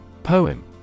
Poem